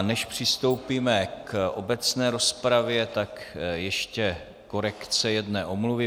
Než přistoupíme k obecné rozpravě, tak ještě korekce jedné omluvy.